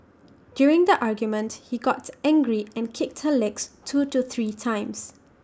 during the argument he got angry and kicked her legs two to three times